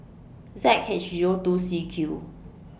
Z H Zero two C Q